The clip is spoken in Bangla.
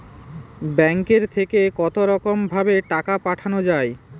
ব্যাঙ্কের থেকে কতরকম ভাবে টাকা পাঠানো য়ায়?